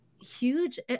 huge